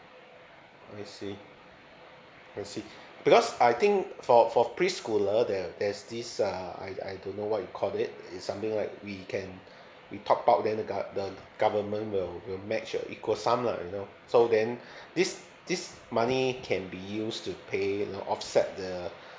I see I see because I think for for pre schooler there there's this uh I I don't know what you call it it's something like we can we top up then the gov~ the government will will match a equal sum lah you know so then this this money can be used to pay you know offset the